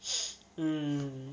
mm